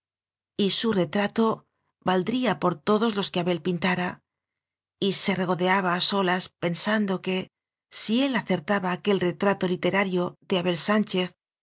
y de helena y su retrato valdría por todos los que abel pintara y se regodeaba a solas pensando que si él acertaba aquel re trato literario de abel sánchez